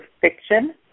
Fiction